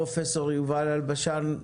פרופ' יובל אלבשן,